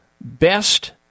best